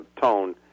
tone